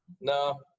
No